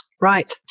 right